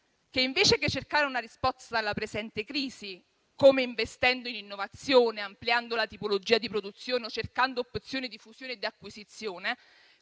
invece che cercare una risposta alla presente crisi, ad esempio investendo in innovazione, ampliando la tipologia di produzione o cercando opzioni di fusione e acquisizione,